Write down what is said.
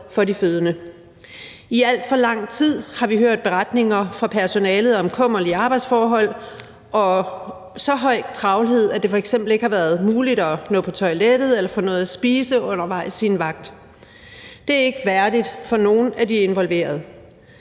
for de fødende. I alt for lang tid har vi hørt beretninger fra personalet om kummerlige arbejdsforhold og så høj travlhed, at det f.eks. ikke har været muligt at nå på toilettet eller få noget at spise undervejs på en vagt. Det er ikke værdigt for nogen af de involverede.